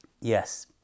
Yes